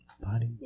Body